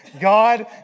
God